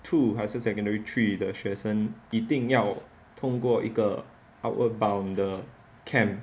two 还是 secondary three 的学生一定要通过一个 outward bound 的 camp